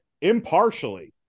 impartially